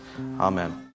Amen